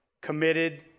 Committed